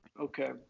Okay